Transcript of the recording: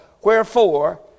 Wherefore